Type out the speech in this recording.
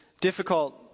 difficult